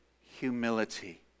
humility